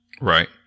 Right